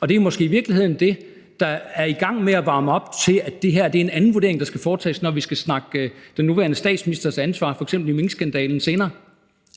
Og det er måske i virkeligheden det, der er i gang med at varme op til, at det er en anden vurdering, der skal foretages, når vi skal snakke den nuværende statsministers ansvar, f.eks. i minkskandalen, senere –